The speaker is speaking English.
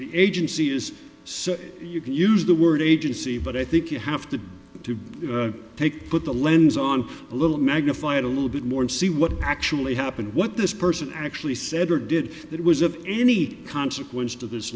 the agency is so you can use the word agency but i think you have to to take put the lens on a little magnified a little bit more and see what actually happened what this person actually said or did that was of any consequence to th